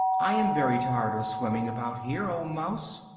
i am very tired of swimming about here, oh mouse!